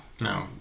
No